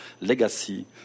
legacy